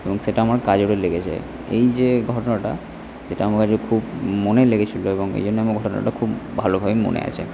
এবং সেটা আমার কাজেরও লেগেছে এই যে ঘটনাটা সেটা আমার কাছে খুব মনে লেগেছিলো এবং এই জন্য আমার এই ঘটনাটা খুব ভালোভাবে মনে আছে